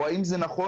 או אם זה נכון,